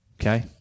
okay